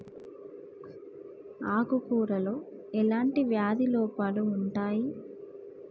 ఆకు కూరలో ఎలాంటి వ్యాధి లోపాలు ఉంటాయి?